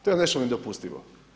To je nešto nedopustivo.